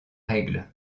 règle